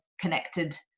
connected